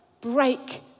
break